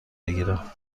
بگیرم